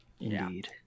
Indeed